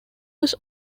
was